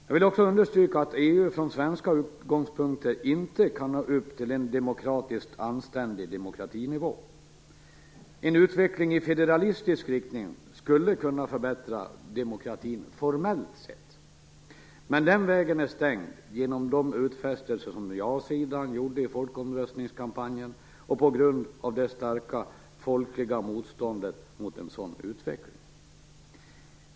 Jag vill också understryka att EU från svenska utgångspunkter inte kan nå upp till en anständig demokratinivå. En utveckling i federalistisk riktning skulle kunna förbättra demokratin formellt sett, men den vägen är stängd genom de utfästelser som ja-sidan gjorde i folkomröstningskampanjen och på grund av det starka folkliga motståndet mot en sådan utveckling.